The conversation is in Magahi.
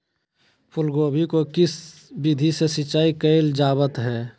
फूलगोभी को किस विधि से सिंचाई कईल जावत हैं?